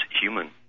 human